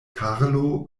karlo